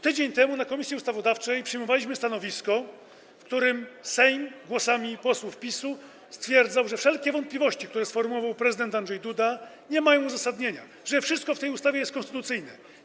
Tydzień temu w Komisji Ustawodawczej przyjmowaliśmy stanowisko, w którym Sejm głosami posłów PiS-u stwierdzał, że wszelkie wątpliwości, które sformułował prezydent Andrzej Duda, nie mają uzasadnienia, że wszystko w tej ustawie jest konstytucyjne.